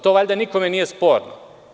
To valjda nikome nije sporno.